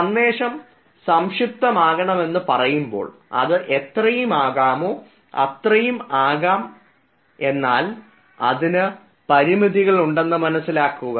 സന്ദേശം സംക്ഷിപ്തമാകണം എന്ന് പറയുമ്പോൾ അത് എത്രയും ആകാമോ അത്രയും ആകാം എന്നാൽ അതിന് പരിമിതികൾ ഉണ്ടെന്ന് മനസ്സിലാക്കുക